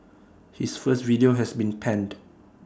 his first video has been panned